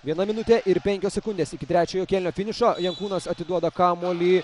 viena minutė ir penkios sekundės iki trečiojo kėlinio finišo jankūnas atiduoda kamuolį